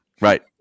right